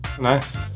Nice